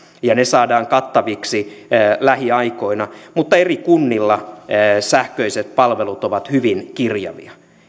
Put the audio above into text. ja ne saadaan kattaviksi lähiaikoina mutta eri kunnilla sähköiset palvelut ovat hyvin kirjavia